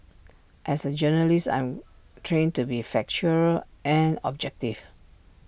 as A journalist I'm trained to be factual and objective